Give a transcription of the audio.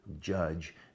judge